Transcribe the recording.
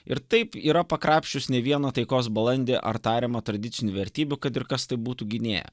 ir taip yra pakrapščius ne vieno taikos balandį ar tariamą tradicinių vertybių kad ir kas tai būtų gynėja